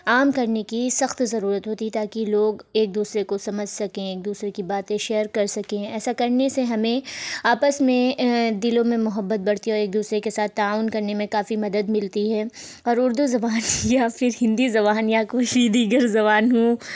عام کرنے کی سخت ضرورت ہوتی ہے تاکہ لوگ ایک دوسرے کو سمجھ سکیں ایک دوسرے کی باتیں شیئر کر سکیں ایسا کرنے سے ہمیں آپس میں دلوں میں محبت بڑھتی ہے اور ایک دوسرے کے ساتھ تعاون کرنے میں کافی مدد ملتی ہے اور اردو زبان یا پھر ہندی زبان یا کوئی بھی دیگر زبان ہو